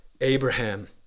Abraham